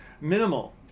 Minimal